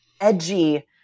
edgy